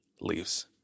leaves